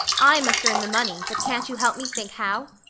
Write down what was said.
i must earn the money, but can't you help me think how?